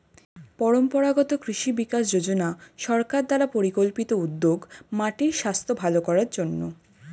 পরম্পরাগত কৃষি বিকাশ যোজনা সরকার দ্বারা পরিকল্পিত উদ্যোগ মাটির স্বাস্থ্য ভাল করার জন্যে